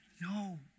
No